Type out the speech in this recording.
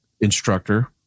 instructor